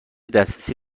دسترسی